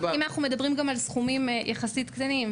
אם אנחנו גם מדברים על סכומים יחסית קטנים,